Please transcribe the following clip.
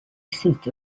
seat